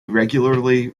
regularly